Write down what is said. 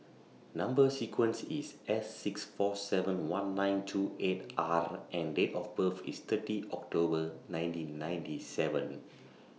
Number sequence IS S six four seven one nine two eight R and Date of birth IS thirty October nineteen ninety seven